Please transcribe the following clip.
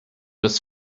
with